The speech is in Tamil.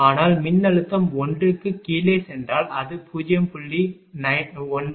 ஆனால் மின்னழுத்தம் 1 க்கு கீழே சென்றால் அது 0